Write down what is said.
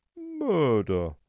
Murder